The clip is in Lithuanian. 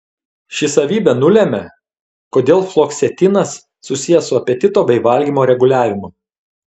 ši savybė nulemia kodėl fluoksetinas susijęs su apetito bei valgymo reguliavimu